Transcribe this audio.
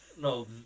No